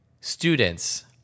Students